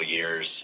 years